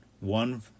one